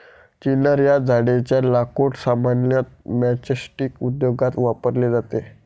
चिनार या झाडेच्या लाकूड सामान्यतः मैचस्टीक उद्योगात वापरले जाते